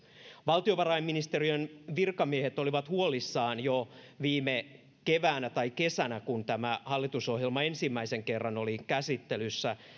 valtiovarainministeriön virkamiehet olivat huolissaan jo viime keväänä tai kesänä kun tämä hallitusohjelma ensimmäisen kerran oli käsittelyssä